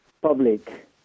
public